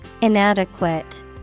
Inadequate